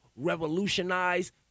revolutionize